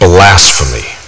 Blasphemy